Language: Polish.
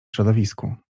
środowisku